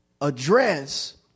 address